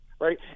right